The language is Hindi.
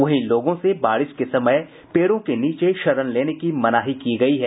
वहीं लोगों से बारिश के समय पेड़ों के नीचे शरण लेने की मनाही की गयी है